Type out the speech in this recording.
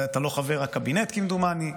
אתה לא חבר הקבינט כמדומני,